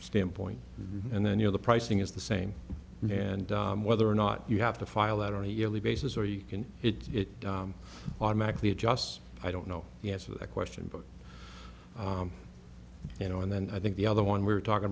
standpoint and then you know the pricing is the same and whether or not you have to file that on a yearly basis or you can it automatically adjusts i don't know the answer the question but you know and then i think the other one we were talking